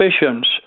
visions